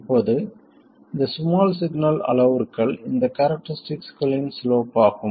இப்போது இந்த small signal அளவுருக்கள் இந்த கேரக்டரிஸ்டிக்ஸ்களின் சிலோப் ஆகும்